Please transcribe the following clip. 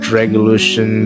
regulation